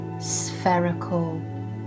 spherical